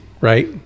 right